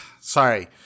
sorry